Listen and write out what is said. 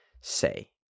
say